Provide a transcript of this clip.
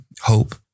hope